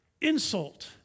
insult